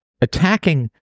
attacking